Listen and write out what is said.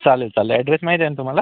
चालेल चाले ॲड्रेस माहिती आहे ना तुम्हाला